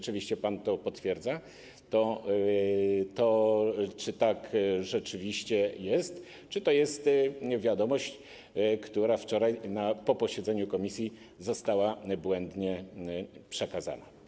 Czy pan to potwierdza, czy tak rzeczywiście jest, czy to jest wiadomość, która wczoraj po posiedzeniu komisji została błędnie przekazana?